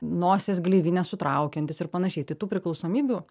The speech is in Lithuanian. nosies gleivinę sutraukiantys ir panašiai tai tų priklausomybių